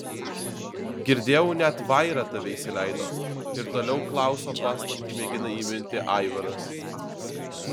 girdėjau net vaira tave įsileido ir toliau klauso paslaptį mėgina įminti aivaras